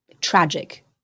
tragic